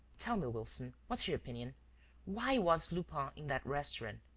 tell me, wilson, what's your opinion why was lupin in that restaurant?